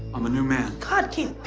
i'm a new man. god, keith.